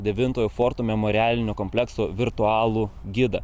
devintojo forto memorialinio komplekso virtualų gidą